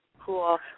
Cool